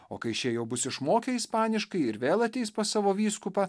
o kai šie jau bus išmokę ispaniškai ir vėl ateis pas savo vyskupą